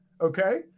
okay